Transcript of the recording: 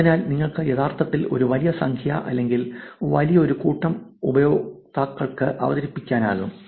അതിനാൽ നിങ്ങൾക്ക് യഥാർത്ഥത്തിൽ ഒരു വലിയ സംഖ്യ അല്ലെങ്കിൽ വലിയൊരു കൂട്ടം ഉപയോക്താക്കൾക്ക് അവതരിപ്പിക്കാനാകും